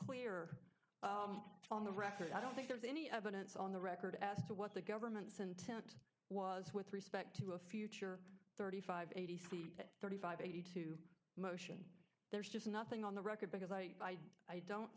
clear on the record i don't think there's any evidence on the record as to what the government's intent was with respect to a future thirty five eighty three thirty five eighty two motion there's just nothing on the record because i i don't